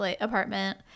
apartment